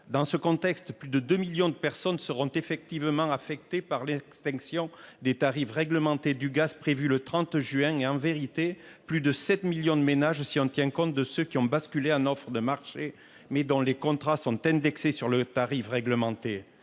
Dans ce contexte, plus de 2 millions de personnes seront effectivement affectés par l'extinction des tarifs réglementés du gaz prévue le 30 juin et en vérité, plus de 7 millions de ménages si on tient compte de ceux qui ont basculé en offrent de marché mais dans les contrats sont indexés sur le tarif réglementé.